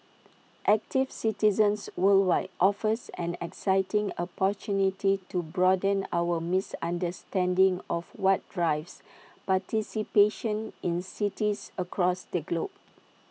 active Citizens Worldwide offers an exciting opportunity to broaden our misunderstanding of what drives participation in cities across the globe